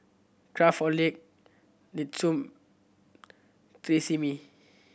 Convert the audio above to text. Craftholic Nestum Tresemme